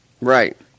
Right